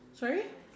sorry